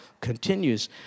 continues